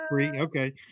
okay